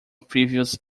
previous